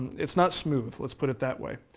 it's not smooth, let's put it that way.